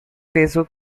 facebook